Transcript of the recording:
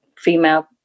female